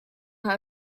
how